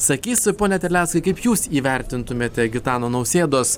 sakys pone terleckai kaip jūs įvertintumėte gitano nausėdos